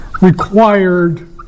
required